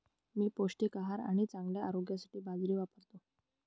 मी पौष्टिक आहार आणि चांगल्या आरोग्यासाठी बाजरी वापरतो